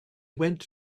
went